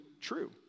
true